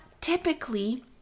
typically